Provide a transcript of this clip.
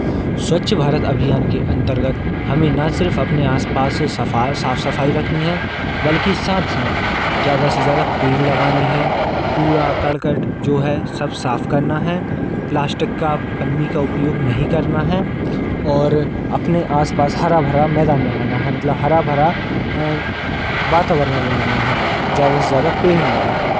स्वच्छ भारत अभियान के अंतर्गत हमें ना सिर्फ़ अपने आस पास सफ़ा साफ़ सफ़ाई रखनी है बल्कि साथ साथ ज़्यादा से ज़्यादा पेड़ लगाने हैं कूड़ा कर्कट जो है सब साफ़ करना है प्लाष्टिक का पन्नी का उपयोग नहीं करना है और अपने पास हरा भरा मैदान बनाना है मतलब हरा भरा वातावरण बनाना है ज़्यादा से ज़्यादा पेड़ लगाके